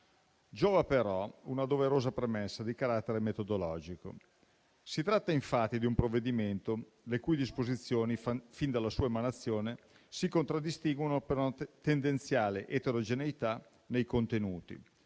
Giova, però, una doverosa premessa di carattere metodologico. Si tratta, infatti, di un provvedimento le cui disposizioni, fin dalla sua emanazione, si contraddistinguono per una tendenziale eterogeneità nei contenuti: